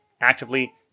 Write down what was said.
actively